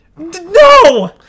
No